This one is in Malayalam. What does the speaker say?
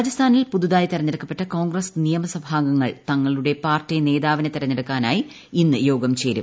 രാജസ്ഥാനിൽ പുതുതായി തിരഞ്ഞെടുക്കപ്പെട്ട കോൺഗ്രസ് നിയമസഭാംഗങ്ങൾ തങ്ങളുടെ പാർട്ടി നേതാവിനെ തിരഞ്ഞെടുക്കാനായി ഇന്ന് യോഗം ചേരും